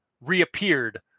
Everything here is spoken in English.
reappeared